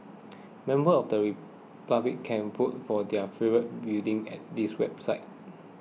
members of the public can vote for their favourite building at this website